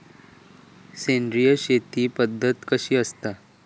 सेंद्रिय शेती पद्धत कशी असता?